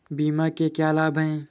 बीमा के क्या लाभ हैं?